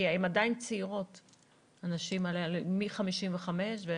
כי הנשים האלה, בגיל 55 פלוס,